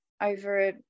over